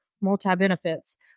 multi-benefits